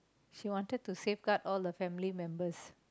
she wanted to safeguard all the family member